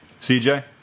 cj